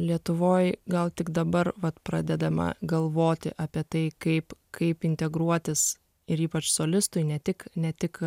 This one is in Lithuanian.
lietuvoj gal tik dabar vat pradedama galvoti apie tai kaip kaip integruotis ir ypač solistui ne tik ne tik